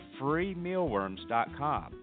freemealworms.com